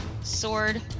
sword